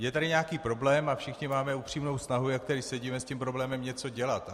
Je tady nějaký problém a všichni máme upřímnou snahu, jak tady sedíme, s tím problémem něco dělat.